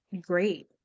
great